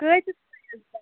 کٍتِس